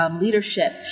leadership